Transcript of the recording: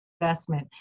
investment